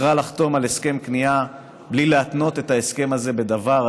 בחרה לחתום על הסכם כניעה בלי להתנות את ההסכם הזה בדבר,